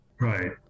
Right